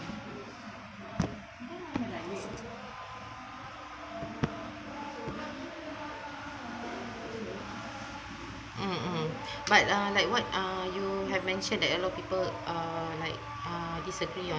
mm mm but uh like what uh you have mentioned that a lot of people uh like uh disagree on